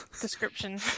description